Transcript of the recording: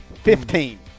Fifteen